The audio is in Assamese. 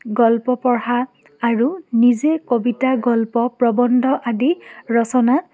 গল্প পঢ়া আৰু নিজে কবিতা গল্প প্ৰবন্ধ আদি ৰচনা